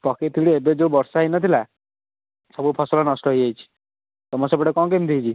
ପକେଇଥିଲି ଏବେ ଯେଉଁ ବର୍ଷା ହେଇନଥିଲା ସବୁ ଫସଲ ନଷ୍ଟ ହେଇଯାଇଛି ତୁମ ସେପଟେ କ'ଣ କେମିତି ହେଇଛି